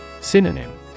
Synonym